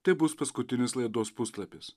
tai bus paskutinis laidos puslapis